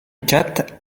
quatre